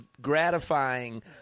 gratifying